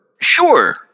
Sure